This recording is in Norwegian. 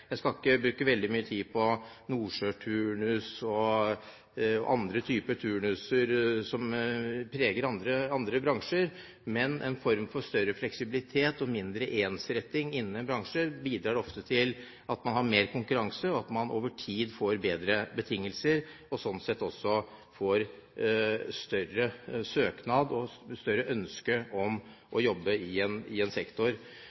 Jeg skal ikke bruke veldig mye tid på nordsjøturnus og andre typer turnuser som preger andre bransjer. Men en form for større fleksibilitet og mindre ensretting innen en bransje bidrar ofte til at man har mer konkurranse, og at man over tid får bedre betingelser, og slik sett til at flere søker om og ønsker å jobbe i en sektor.